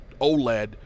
OLED